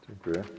Dziękuję.